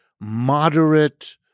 moderate